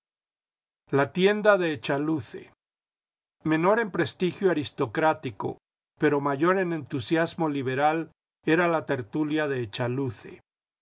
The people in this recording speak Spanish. la tienda de echaluce menor en prestigio aristocrático pero mayor en entusiasmo liberal era la tertulia de